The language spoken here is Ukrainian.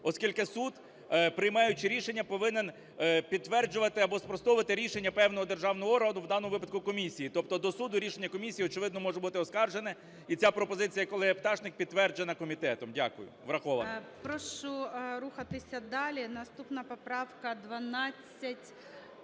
оскільки суд, приймаючи рішення, повинен підтверджувати або спростовувати рішення певного державного органу, в даному випадку комісії. Тобто до суду рішення комісії, очевидно, може бути оскаржене, і ця пропозиція колеги Пташник підтверджена комітетом. Дякую. Врахована. ГОЛОВУЮЧИЙ. Прошу рухатися далі. Наступна поправка 1255.